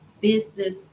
business